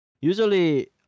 usually